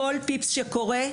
כל פיפס שקורה,